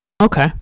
Okay